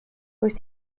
durch